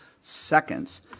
seconds